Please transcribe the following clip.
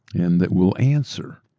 and that will answer.